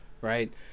right